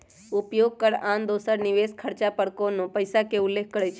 उपभोग कर आन दोसर निवेश खरचा पर कोनो पइसा के उल्लेख करइ छै